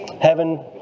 Heaven